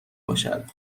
باشد